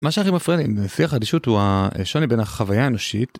מה שהכי מפריע לי בנושא החדשות הוא השוני בין החוויה האנושית.